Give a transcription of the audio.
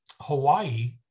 Hawaii